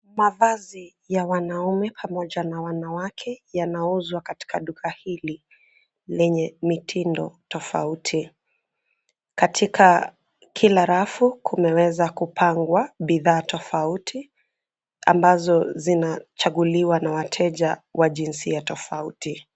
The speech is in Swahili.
Mavazi ya wanaume pamoja na wanawake yanauzwa katika duka hili lenye mitindo tofauti. Katika kila rafu kumeweza kupangwa bidhaa tofauti ambazo zina chaguliwa na wateja wa jinsia tofauti.